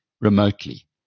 remotely